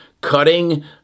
cutting